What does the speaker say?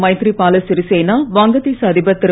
மைத்ரிபால சிறிசேனா வங்கதேச அதிபர் திரு